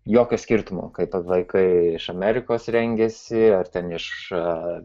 jokio skirtumo kaip vaikai iš amerikos rengėsi ar ten iš